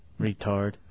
Retard